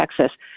Texas